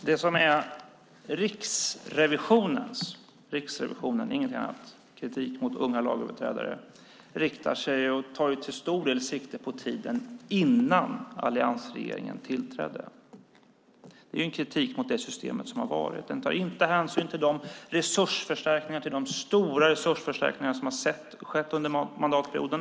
Herr talman! Riksrevisionens - Riksrevisionens, inget annat - kritik mot detta med unga lagöverträdare tar till stor del sikte på tiden före alliansregeringens tillträde. Det är alltså fråga om en kritik mot det system som varit. Hänsyn tas inte till de stora resursförstärkningar som skett under mandatperioden.